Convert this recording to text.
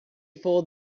fold